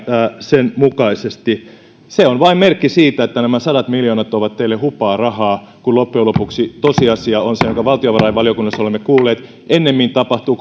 sen mukaisesti se on vain merkki siitä että nämä sadat miljoonat ovat teille hupaa rahaa kun loppujen lopuksi tosiasia on se jonka valtiovarainvaliokunnassa olemme kuulleet että ennemmin tapahtuu